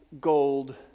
gold